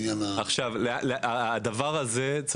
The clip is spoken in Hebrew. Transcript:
הדבר הזה,